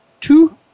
two